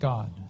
God